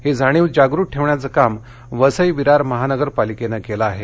ही जाणीव जागृत ठेवण्याचं काम वसई विरार महानगरपालिकेनं केलं आहे